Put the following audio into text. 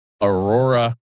Aurora